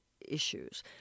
issues